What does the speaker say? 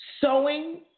sewing